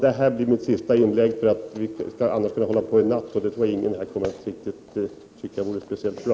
Detta är mitt sista inlägg — annars skulle vi kunna hålla på en hel natt, och det tror jag inte att någon skulle tycka vara speciellt bra.